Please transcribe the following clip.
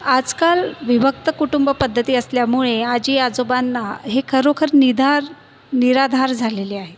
आजकाल विभक्त कुटुंबपद्धती असल्यामुळे आजी आजोबांना हे खरोखर निधार निराधार झालेले आहे